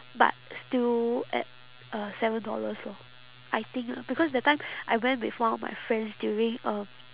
but still at uh seven dollars lah I think lah because that time I went with one of my friends during um